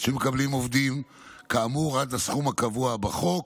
שמקבלים עובדים כאמור עד לסכום הקבוע בחוק,